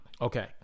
okay